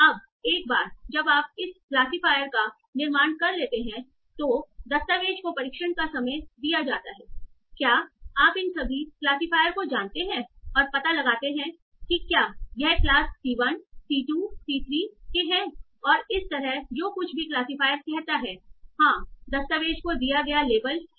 अब एक बार जब आप इस क्लासिफायर का निर्माण कर लेते हैं तो दस्तावेज़ को परीक्षण का समय दिया जाता हैक्या आप इन सभी क्लासिफायर को जानते हैं और पता लगाते हैं कि क्या यह क्लास C 1 C2 C 3 के हैं और इसी तरह जो कुछ भी क्लासीफायर कहता है हाँ दस्तावेज़ को दिया गया लेबल है